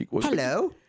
Hello